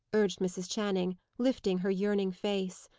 urged mrs. channing, lifting her yearning face.